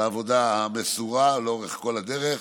על העבודה המסורה לאורך כל הדרך.